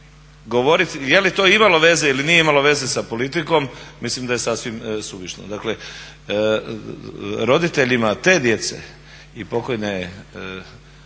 govoriti je li to imalo veze ili nije imalo veze sa politikom mislim da je sasvim suvišno. Dakle, roditeljima te djece i pokojne